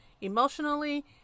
emotionally